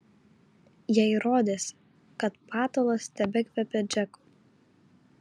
jai rodėsi kad patalas tebekvepia džeku